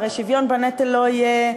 הרי שוויון בנטל לא יהיה,